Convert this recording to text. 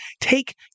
take